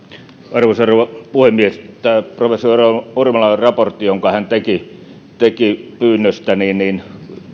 arvoisa rouva puhemies tämä professori ormalan raportti jonka hän teki teki pyynnöstäni